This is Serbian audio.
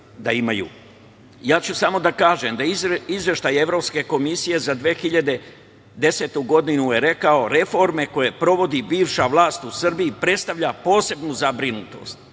ću samo da kažem da je Izveštaj Evropske komisije za 2010. godinu rekao – reforme koje sprovodi bivša vlast u Srbiji predstavljaju posebnu zabrinutost.